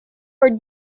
were